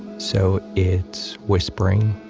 so it's whispering,